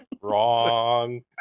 WRONG